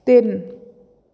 ਤਿੰਨ